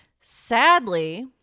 Sadly